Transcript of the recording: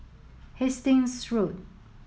Hastings Road